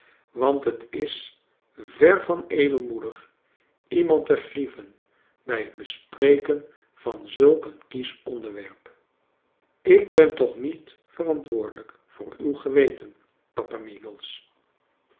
want het is ver van edelmoedig iemand te grieven bij het bespreken van zulk een kiesch onderwerp ik ben toch niet verantwoordelijk voor uw geweten